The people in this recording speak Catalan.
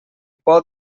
por